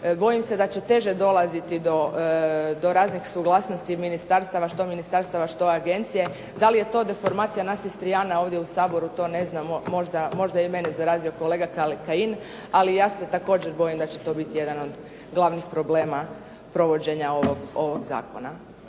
bojim se da će teže dolaziti do raznih suglasnosti ministarstva što ministarstva, što agencije. Dali je to deformacija nas Istrijana ovdje u Saboru? To ne znamo. Možda je i mene zarazio kolega Kajin, ali ja se također bojim da će to biti jedan od glavnih problema provođenja ovog zakona.